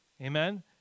Amen